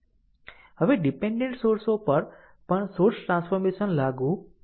હવે ડીપેન્ડેન્ટ સોર્સો પર પણ સોર્સ ટ્રાન્સફોર્મેશન લાગુ કર્યું